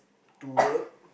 to work